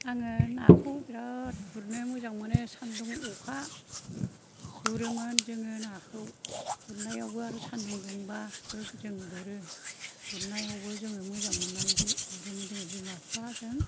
आङो नाखौ बेराद गुरनो मोजां मोनो सान्दुं अखा गुरोमोन जोङो नाखौ गुरनायावबो आरो सान्दुं दुंबाबो जों गुरो गुरनायावबो जोङो मोजां मोन्नानैसो गुरोमोन जोङो बिमा बिफाजों